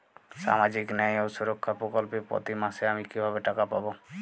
সামাজিক ন্যায় ও সুরক্ষা প্রকল্পে প্রতি মাসে আমি কিভাবে টাকা পাবো?